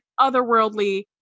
otherworldly